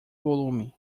volume